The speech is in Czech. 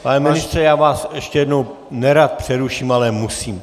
Pane ministře, já vás ještě jednou nerad přeruším, ale musím.